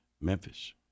Memphis